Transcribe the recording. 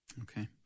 Okay